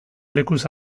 lekuz